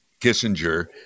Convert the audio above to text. Kissinger